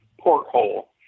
porthole